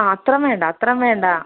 ആ അത്രയും വേണ്ട അത്രയും വേണ്ടാ